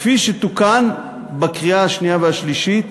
כפי שתוקן בקריאה השנייה והשלישית